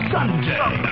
Sunday